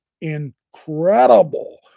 incredible